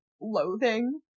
loathing